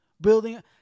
building